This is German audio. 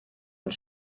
und